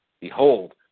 Behold